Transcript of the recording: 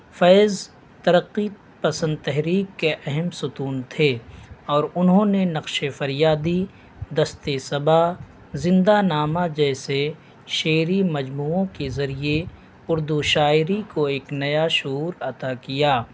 فیض ترقی پسند تحریک کے اہم ستون تھے اور انہوں نے نقش فریادی دست صبا زنداں نامہ جیسے شعری مجموعوں کے ذریعے اردو شاعری کو ایک نیا شعور عطا کیا